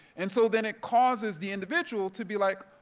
and so then it causes the individual to be like,